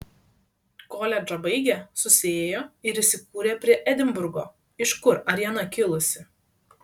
koledžą baigę susiėjo ir įsikūrė prie edinburgo iš kur ariana kilusi